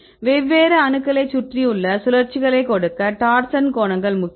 வெவ்வேறு அணுக்களைச் சுற்றியுள்ள சுழற்சிகளை கொடுக்க டார்சன் கோணங்கள் முக்கியம்